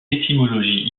étymologie